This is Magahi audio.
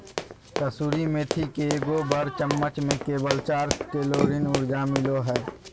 कसूरी मेथी के एगो बड़ चम्मच में केवल चार कैलोरी ऊर्जा मिलो हइ